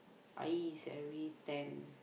Ayi is every ten